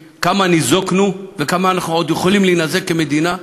ניזוקנו וכמה אנחנו עוד יכולים להינזק כמדינה,